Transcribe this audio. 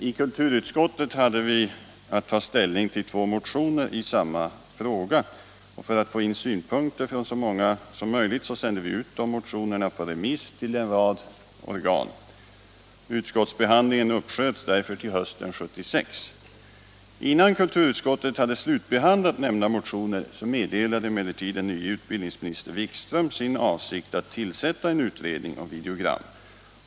I kulturutskottet hade vi att ta ställning till två motioner i samma fråga, och för att få in synpunkter från så många som möjligt sände vi ut de motionerna på remiss till en rad organ. Utskottsbehand lingen uppsköts därför till hösten 1976. Innan kulturutskottet hade slutbehandlat nämnda motioner meddelade emellertid den nye utbildningsministern Wikström sin avsikt att tillsätta en utredning om videogram.